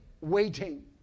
waiting